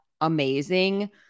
amazing